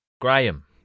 Graham